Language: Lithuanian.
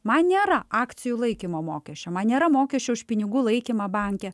man nėra akcijų laikymo mokesčio man nėra mokesčio už pinigų laikymą banke